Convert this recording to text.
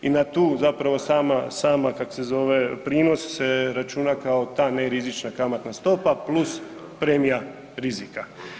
I na tu zapravo sama, sama kak se zove prinos se računa kao ta nerizična kamatna stopa plus premija rizika.